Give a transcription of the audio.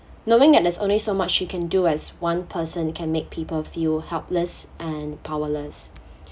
knowing that there's only so much we can do as one person it can make people feel helpless and powerless